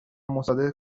مصادره